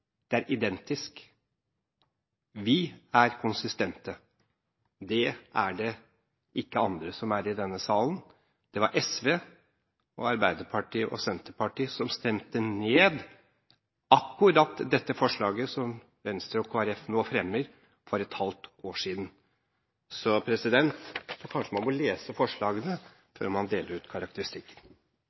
Det er identisk. Vi er konsistente. Det er det ikke alle andre som er i denne salen. Det var SV, Arbeiderpartiet og Senterpartiet som stemte ned akkurat dette forslaget som Venstre og Kristelig Folkeparti nå fremmer, for et halvt år siden. Jeg tror kanskje man bør lese forslagene før man deler ut karakteristikker.